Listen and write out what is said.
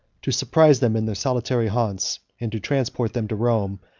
to surprise them in their solitary haunts, and to transport them to rome,